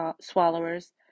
swallowers